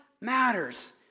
matters